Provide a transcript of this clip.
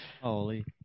Holy